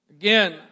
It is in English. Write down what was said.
again